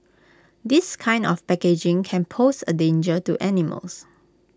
this kind of packaging can pose A danger to animals